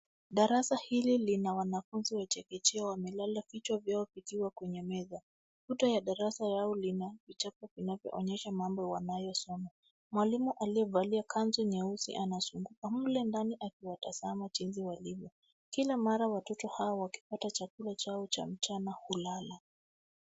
Darasa hili lina wanafunzi wa chekechea wamelala vichwa vyao vikiwa kwenye meza. Kuta ya darasa yao lina vichapo vinavyo onyesha mambo wanayosoma. Mwalimu aliyevalia kanzu nyeusi anazunguka mle ndani akiwatazama jinsi walivyo. Kila mara watoto hawa wakipata chakula chao cha mchana hulala.